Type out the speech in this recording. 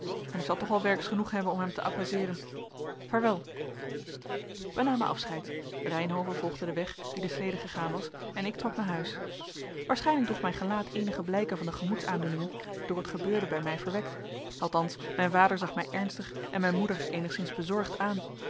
en ik zal toch al werks genoeg hebben om hem te apaiseeren vaarwel wij namen afscheid reynhove volgde den weg dien de slede gegaan was en ik trok naar huis waarschijnlijk droeg mijn gelaat eenige blijken van de gemoedsaandoeningen door het gebeurde bij mij verwekt althans mijn vader zag mij ernstig en mijn moeder enigszins bezorgd aan